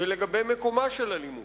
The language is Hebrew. ולגבי מקומה של האלימות.